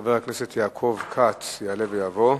חבר הכנסת יעקב כץ יעלה ויבוא.